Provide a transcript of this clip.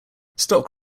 stock